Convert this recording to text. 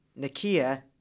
Nakia